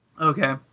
Okay